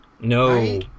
No